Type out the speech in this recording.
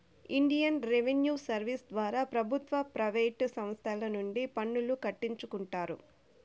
Indian revenue service ద్వారా ప్రభుత్వ private సంస్తల నుండి పన్నులు కట్టించుకుంటారు